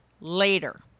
later